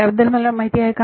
त्याबद्दल मला ठाऊक आहे का